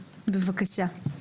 בבקשה.